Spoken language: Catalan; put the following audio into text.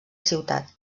ciutat